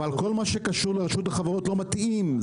אבל כל מה שקשור לרשות החברות לא מתאים,